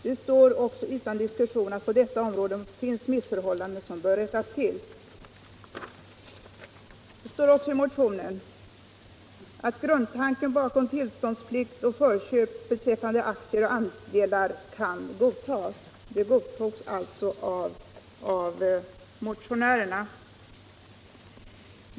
Det står också utom diskussion att på detta område finns missförhållanden som bör rättas till.” Det står vidare i motionen: ”--- grundtanken bakom tillståndsplikt och förköp beträffande aktier och andelar kan godtas ---”. Det godtas alltså av motionärerna.